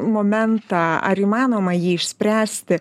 momentą ar įmanoma jį išspręsti